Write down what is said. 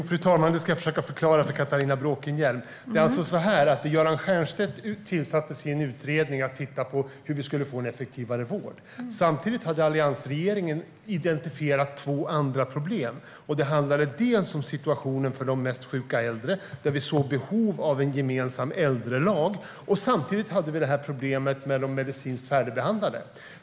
Fru talman! Det ska jag försöka förklara för Catharina Bråkenhielm. Göran Stiernstedt tillsattes för att utreda hur vi skulle få en effektivare vård. Samtidigt hade alliansregeringen identifierat två andra problem. Det handlade om situationen för de mest sjuka äldre, där vi såg behov av en gemensam äldrelag. Samtidigt hade vi problemet med de medicinskt färdigbehandlade.